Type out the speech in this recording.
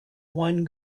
one